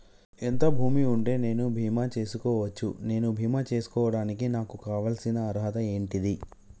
ఎంత భూమి ఉంటే నేను బీమా చేసుకోవచ్చు? నేను బీమా చేసుకోవడానికి నాకు కావాల్సిన అర్హత ఏంటిది?